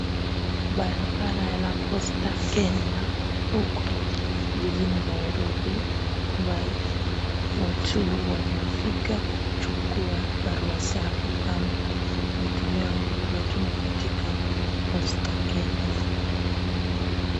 Barabara la posta Kenya huko jijini Nairobi ambayo watu wanafika kuchukua barua zao ama vitu vyao vilivyotumwa katika posta Kenya.